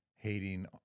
Hating